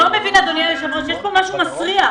אדוני היושב ראש, יש כאן משהו מסריח.